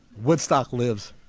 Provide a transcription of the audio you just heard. woodstock lives